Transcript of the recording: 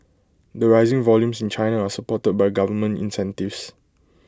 the rising volumes in China are supported by government incentives